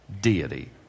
deity